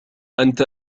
أنت